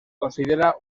considera